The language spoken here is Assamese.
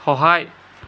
সহায়